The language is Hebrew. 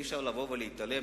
אי-אפשר לבוא ולהתעלם,